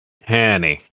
Hanny